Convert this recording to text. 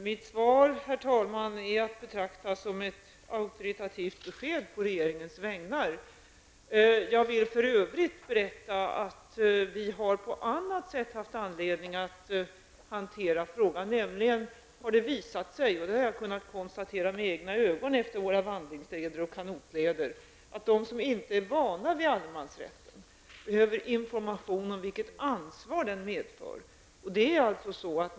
Herr talman! Mitt svar är att betrakta som ett auktoritativt besked på regeringens vägnar. Jag vill för övrigt berätta att vi på annat sätt haft anledning att hantera frågan. Det har nämligen visat sig -- vilket jag har kunnat konstatera med egna ögon utefter våra vandringsleder och kanotleder -- att de som inte är vana vid allemansrätten behöver information om vilket ansvar den medför.